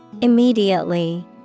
Immediately